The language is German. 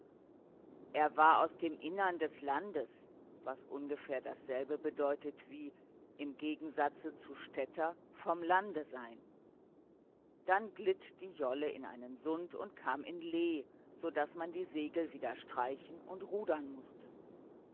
er war aus dem innern des landes was ungefähr dasselbe bedeutet wie im gegensatze zu städter vom lande sein dann glitt die jolle in einen sund und kam in lee so daß man die segel wieder streichen und rudern mußte